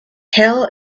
hell